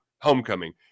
homecoming